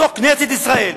בתוך כנסת ישראל,